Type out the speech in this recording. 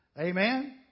Amen